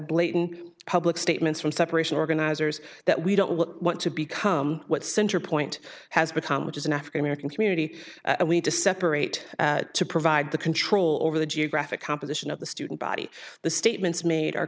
blatant public statements from separation organizers that we don't want to become what center point has become which is an african american community and we need to separate to provide the control over the geographic composition of the student body the statements made